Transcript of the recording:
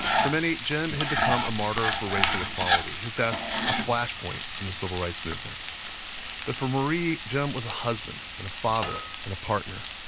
for many, jim had become a martyr for racial equality, his death a flashpoint in the civil rights movement but for marie, jim was a husband and a father and a partner.